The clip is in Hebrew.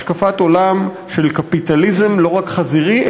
השקפת עולם של קפיטליזם לא רק חזירי,